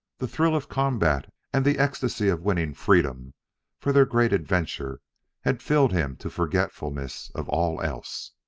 the thrill of combat and the ecstasy of winning freedom for their great adventure had filled him to forgetfulness of all else.